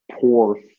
poor